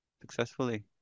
successfully